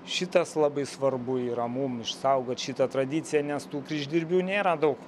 šitas labai svarbu yra mum išsaugot šitą tradiciją nes tų kryždirbių nėra daug